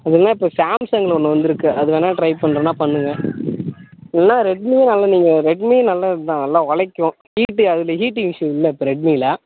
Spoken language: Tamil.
அப்படி இல்லைன்னா இப்போ சாம்சங்கில் ஒன்று வந்து இருக்கு அது வேணா ட்ரை பண்ணுறதுன்னா பண்ணுங்கள் இல்லைன்னா ரெட்மியும் நல்ல நீங்கள் ரெட்மியும் நல்லது தான் நல்லா நல்லா உழைக்கும் ஹீட் அதில் ஹீட்டிங் இஸ்ஸு இல்லை இப்போ ரெட்மியில